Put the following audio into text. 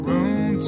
Room